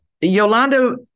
Yolanda